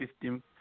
system